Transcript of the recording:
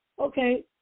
Okay